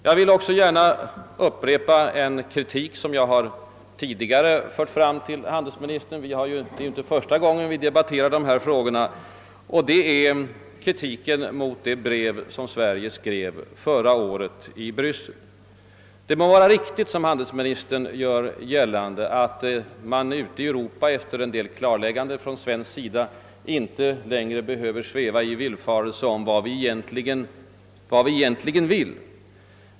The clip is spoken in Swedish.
Jag vill också gärna upprepa en kritik som jag tidigare framfört till handelsministern — det är inte första gången vi debatterar dessa frågor — mot det brev som Sverige skrev förra året i Bryssel. Det må var riktigt som handelsministern gör gällande att man ute i Europa efter en del klarlägganden från svensk sida inte längre behöver sväva i okunnighet om vad vi egentligen vill.